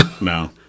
No